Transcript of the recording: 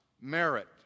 merit